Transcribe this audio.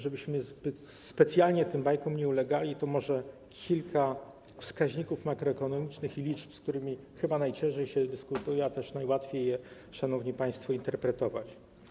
Żebyśmy specjalnie tym bajkom nie ulegali, to może podam kilka wskaźników makroekonomicznych i liczb, z którymi chyba najciężej się dyskutuje, a które najłatwiej, szanowni państwo, interpretować.